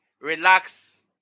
relax